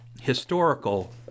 historical